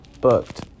Booked